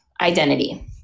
identity